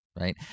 Right